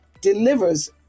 delivers